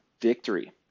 victory